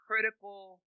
critical